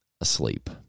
asleep